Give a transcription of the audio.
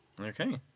Okay